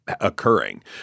occurring